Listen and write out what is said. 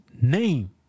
name